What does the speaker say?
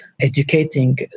educating